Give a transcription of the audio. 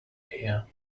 here